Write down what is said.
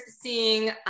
seeing